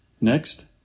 Next